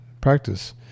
practice